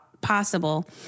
possible